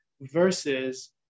versus